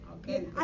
okay